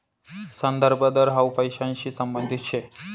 संदर्भ दर हाउ पैसांशी संबंधित शे